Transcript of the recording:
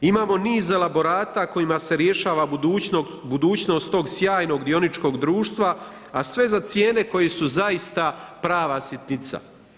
Imamo niz elaborata kojim se rješava budućnost tog sjajnog dioničkog društva, a sve za cijene koji su zaista prava sitnica.